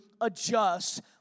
adjust